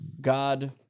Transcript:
God